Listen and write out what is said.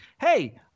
Hey